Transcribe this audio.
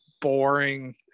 boring